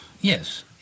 Yes